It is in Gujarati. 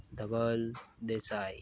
ધવલ દેસાઈ